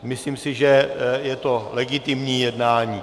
Myslím si, že je to legitimní jednání.